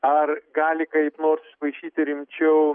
ar gali kaip nors įsipaišyti rimčiau